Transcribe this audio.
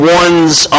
one's